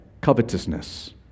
covetousness